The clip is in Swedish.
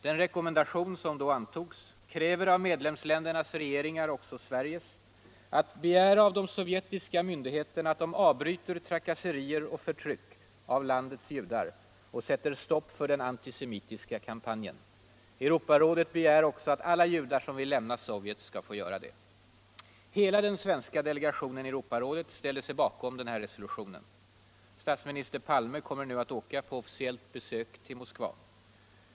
Den rekommendation som då antogs kräver av medlemsländernas regeringar, också Sveriges, att de skall begära av de sovjetiska myndigheterna att de avbryter trakasserier och förtryck av landets judar och sätter stopp för den antisemitiska kampanjen. Europarådet begär också att alla judar som vill lämna Sovjet skall få göra det. Hela den svenska delegationen i Europarådet ställde sig bakom den här resolutionen. Statsminister Palme kommer nu att åka på officiellt besök till Moskva.